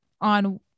on